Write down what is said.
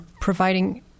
providing